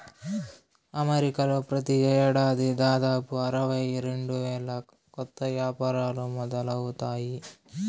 అమెరికాలో ప్రతి ఏడాది దాదాపు అరవై రెండు వేల కొత్త యాపారాలు మొదలవుతాయి